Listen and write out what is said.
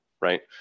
right